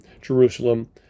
Jerusalem